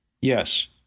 Yes